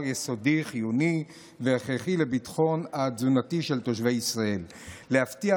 יסוד חיוני והכרחי לביטחון התזונתי של תושבי ישראל ולהבטיח